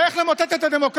זה איך למוטט את הדמוקרטיה?